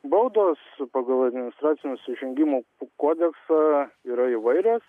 baudos pagal administracinių nusižengimų kodeksą yra įvairios